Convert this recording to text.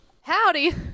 Howdy